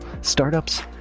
startups